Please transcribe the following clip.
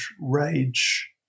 rage